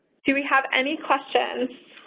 do we have any questions?